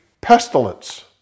pestilence